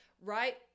right